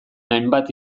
hainbat